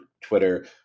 Twitter